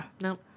No